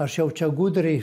aš jau čia gudriai